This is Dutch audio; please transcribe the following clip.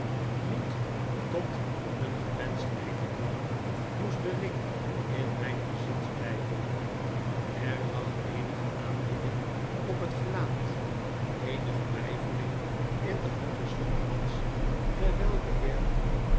niet tot een gewenscht einde kwam moest de ring in mijn bezit blijven er lag eenige aandoening op het gelaat eenige weifeling in de hand des jonkmans terwyl de heer